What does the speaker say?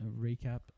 Recap